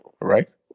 right